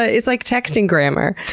ah it's like texting grammar.